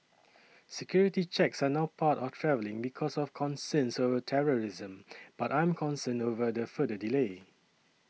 security checks are now part of travelling because of concerns over terrorism but I'm concerned over the further delay